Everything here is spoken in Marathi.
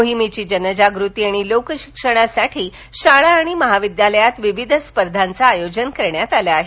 मोहिमेची जनजागृती आणि लोकशिक्षणासाठी शाळा आणि महाविद्यालयात विविध स्पर्धाचं आयोजन करण्यात आलं आहे